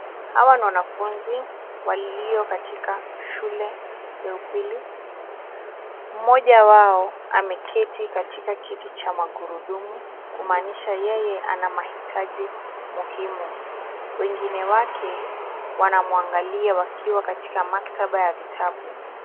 Hawa ni wanafunzi walio katika shule ya upili. Mmoja wao ameketi katika kiti cha magurudumu kumaanisha yeye ana mahitaji muhimu. Wengine wake wanamwangalia wakiwa katika maktaba ya vitabu.